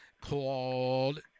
called